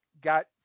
got